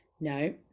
no